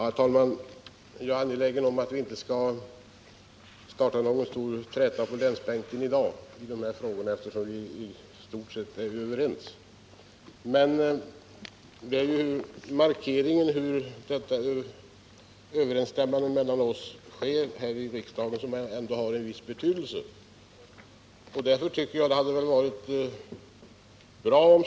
Herr talman! Jag är angelägen om att vi i dag inte skall starta någon stor träta på länsbänken om de här frågorna, eftersom vi i stort sett är överens. Men markeringen av hur vi här i riksdagen ser på lösningen av problemen har ändå en viss betydelse.